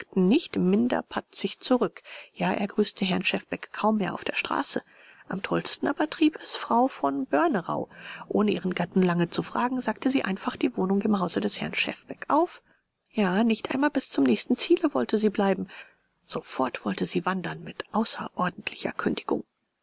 nicht minder patzig zurück ja er grüßte herrn schefbeck kaum mehr auf der straße am tollsten aber trieb es frau von börnerau ohne ihren gatten lange zu fragen sagte sie einfach die wohnung im hause des herrn schefbeck auf ja nicht einmal bis zum nächsten ziele wollte sie bleiben sofort wollte sie wandern mit außerordentlicher kündigung